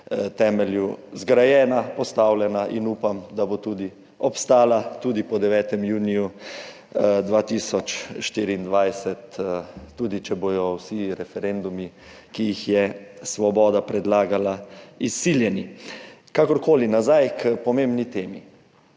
temelju in upam, da bo obstala tudi po 9. juniju 2024, tudi če bodo vsi referendumi, ki jih je Svoboda predlagala, izsiljeni. Kakorkoli, nazaj k pomembni temi.